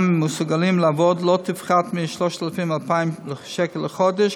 מסוגלים לעבוד לא תפחת מ-3,200 שקל לחודש.